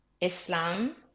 Islam